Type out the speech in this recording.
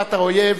בחטיפת האויב.